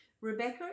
Rebecca